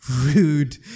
rude